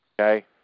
Okay